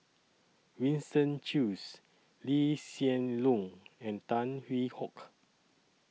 Winston Choos Lee Hsien Loong and Tan Hwee Hock